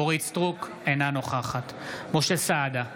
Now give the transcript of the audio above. אינה נוכחת משה סעדה,